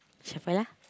shuffle lah